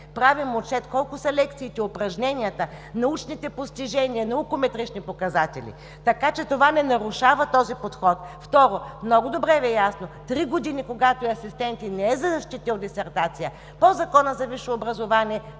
даже отчет колко са лекциите, упражненията, научните постижения, наукометрични показатели. Така че това не нарушава този подход. Второ, много добре Ви е ясно, че когато асистентът три години не е защитил дисертация по Закона за висше образование,